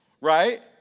Right